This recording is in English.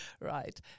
right